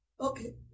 Okay